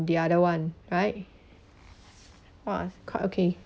the other one right !wah! quite okay